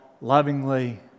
lovingly